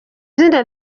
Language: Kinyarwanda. zina